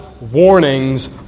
warnings